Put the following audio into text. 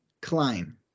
Klein